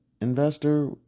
investor